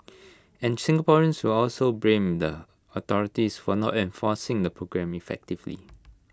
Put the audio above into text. and Singaporeans will also blame the authorities for not enforcing the programme effectively